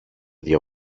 δυο